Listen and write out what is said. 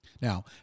Now